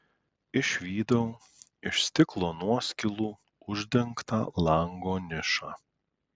išvydau iš stiklo nuoskilų uždengtą lango nišą